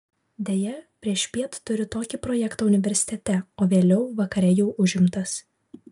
deja priešpiet turiu tokį projektą universitete o vėliau vakare jau užimtas